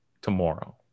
tomorrow